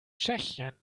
tschechien